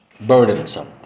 burdensome